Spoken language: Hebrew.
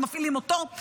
והם מפעילים אותו.